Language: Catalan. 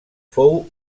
fou